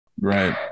Right